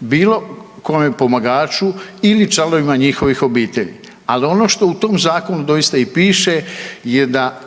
bilo kojem pomagaču ili članovima njihovih obitelji. Ali on što u tom zakonu doista i piše je da